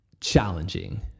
challenging